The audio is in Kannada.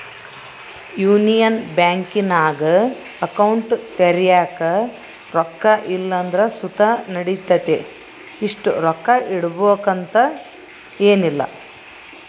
ಯೂನಿಯನ್ ಬ್ಯಾಂಕಿನಾಗ ಅಕೌಂಟ್ ತೆರ್ಯಾಕ ರೊಕ್ಕ ಇಲ್ಲಂದ್ರ ಸುತ ನಡಿತತೆ, ಇಷ್ಟು ರೊಕ್ಕ ಇಡುಬಕಂತ ಏನಿಲ್ಲ